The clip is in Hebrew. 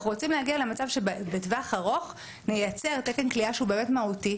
אנחנו רוצים להגיע למצב שבטווח ארוך נייצר תקן כליאה שהוא באמת מהותי,